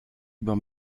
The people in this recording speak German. über